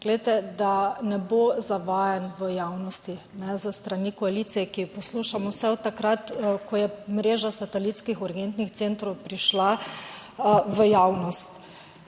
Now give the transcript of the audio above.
da ne bo zavajanj v javnosti s strani koalicije, ki jo poslušam vse od takrat, ko je mreža satelitskih urgentnih centrov prišla v javnost.